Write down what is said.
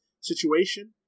situation